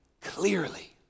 clearly